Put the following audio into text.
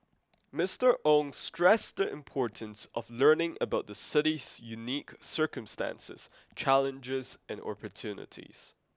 Mister Ong stressed the importance of learning about the city's unique circumstances challenges and opportunities